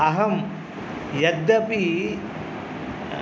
अहं यद्यपि